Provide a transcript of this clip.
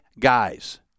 guys